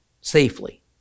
safely